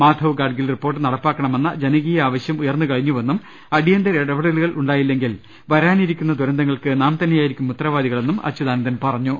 Madhav Gadgil report നടപ്പാക്കണമെന്ന ജനകീയ ആവശ്യ ഉയർന്നു കഴിഞ്ഞുവെന്നും അടിയന്തര ഇടപെടലുകൾ ഉണ്ടായില്ലെ ങ്കിൽ വരാനിരിക്കുന്ന ദുരന്തങ്ങൾക്ക് നാം തന്നെയായിരിക്കും ഉത്ത രവാദികളെന്നും അച്യുതാനന്ദൻ പറഞ്ഞു